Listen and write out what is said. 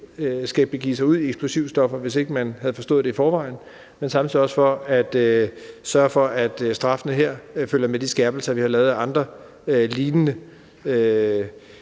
skal begive sig ud i at bruge eksplosivstoffer, hvis ikke man havde forstået det i forvejen, dels at sørge for, at straffene her følger med de skærpelser, vi har lavet for andre lignende